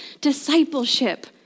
discipleship